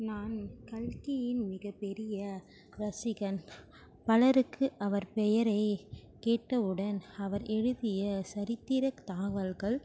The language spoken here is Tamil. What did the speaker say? நான் கல்கியின் மிகப்பெரிய ரசிகன் பலருக்கு அவர் பெயரை கேட்டவுடன் அவர் எழுதிய சரித்திர தாவல்கள்